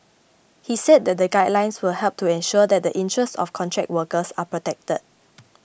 he said that the guidelines will help to ensure that the interests of contract workers are protected